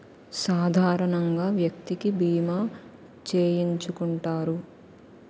సాధారణంగా వ్యక్తికి బీమా చేయించుకుంటారు